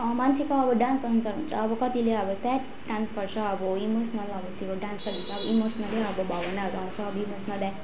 मान्छेको अब डान्सअनुसार हुन्छ अब कतिले अब स्याड डान्स गर्छ अब इमोसनल अब त्यो डान्स त हुन्छ अब इमोसनलै अब भावनाहरू आउँछ अब इमोसनल ब्याक